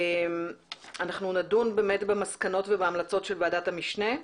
אנחנו נדון במסקנות ובהמלצות ועדת המשנה,